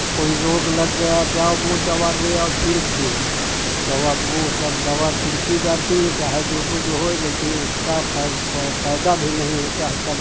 और कोई रोग लग गया जाओ वह दवा ले आओ छिड़क दो दवा वह सब दवा छिड़की जाती है चाहे जो कुछ हो लेकिन उतना पैदा भी नहीं होता है तब